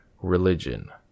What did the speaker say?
religion